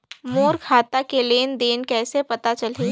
मोर खाता के लेन देन कइसे पता चलही?